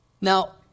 now